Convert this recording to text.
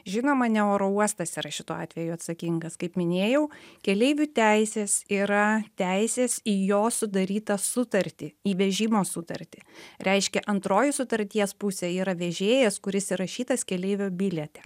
žinoma ne oro uostas yra šituo atveju atsakingas kaip minėjau keleivių teisės yra teisės į jo sudarytą sutartį į vežimo sutartį reiškia antroji sutarties pusė yra vežėjas kuris įrašytas keleivio biliete